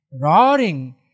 roaring